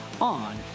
on